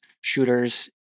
shooters